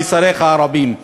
ושריך הרבים.